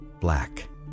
black